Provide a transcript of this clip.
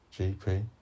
GP